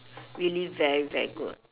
really very very good